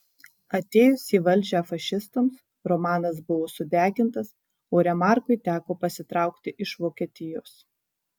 atėjus į valdžią fašistams romanas buvo sudegintas o remarkui teko pasitraukti iš vokietijos